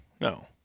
No